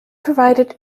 provided